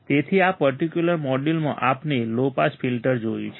તેથી આ પર્ટિક્યુલર મોડ્યુલમાં આપણે લો પાસ ફિલ્ટર જોયું છે